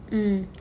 mm